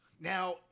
Now